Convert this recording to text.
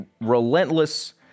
relentless